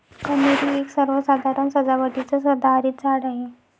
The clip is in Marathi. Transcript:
कन्हेरी एक सर्वसाधारण सजावटीचं सदाहरित झाड आहे